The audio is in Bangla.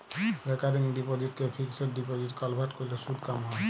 রেকারিং ডিপসিটকে ফিকসেড ডিপসিটে কলভার্ট ক্যরলে সুদ ক্যম হ্যয়